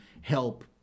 help